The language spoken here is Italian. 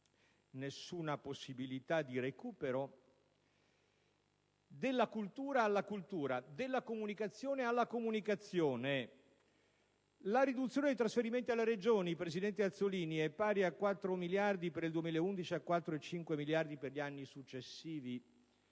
alcuna possibilità di recupero, della cultura, alla cultura, della comunicazione, alla comunicazione. La riduzione di trasferimenti alle Regioni, presidente Azzollini, è pari a 4 miliardi di euro per il 2011 e a 4,5 miliardi per gli anni successivi;